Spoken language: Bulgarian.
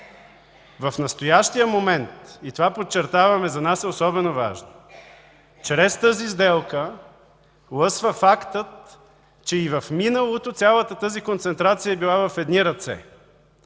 В настоящия момент – и това, подчертаваме, за нас е особено важно, чрез тази сделка лъсва фактът, че и в миналото цялата тази концентрация е била в едни ръце.